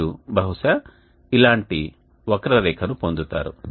మీరు బహుశా ఇలాంటి వక్రరేఖను పొందుతారు